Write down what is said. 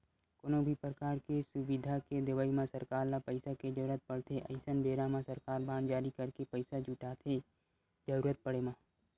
कोनो भी परकार के सुबिधा के देवई म सरकार ल पइसा के जरुरत पड़थे अइसन बेरा म सरकार बांड जारी करके पइसा जुटाथे जरुरत पड़े म